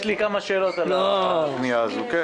יש לי כמה שאלות על הפנייה הזאת.